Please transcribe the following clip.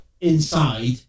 inside